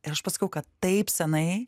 ir aš pasakau kad taip senai